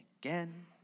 again